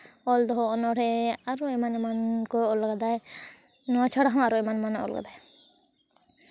ᱚᱞᱫᱚᱦᱚ ᱚᱱᱚᱬᱦᱮᱸ ᱟᱨᱚ ᱮᱢᱟᱱ ᱮᱢᱟᱱ ᱠᱚ ᱚᱞ ᱠᱟᱫᱟᱭ ᱱᱚᱣᱟ ᱪᱷᱟᱲᱟ ᱦᱚᱸ ᱟᱨᱦᱚᱸ ᱮᱢᱟᱱ ᱮᱢᱟᱱ ᱚᱞ ᱠᱟᱫᱟᱭ